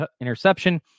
interception